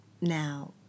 Now